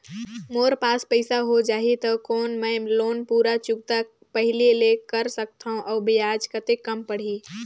मोर पास पईसा हो जाही त कौन मैं लोन पूरा चुकता पहली ले कर सकथव अउ ब्याज कतेक कम पड़ही?